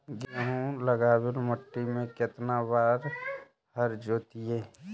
गेहूं लगावेल मट्टी में केतना बार हर जोतिइयै?